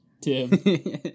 tim